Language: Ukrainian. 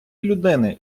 людини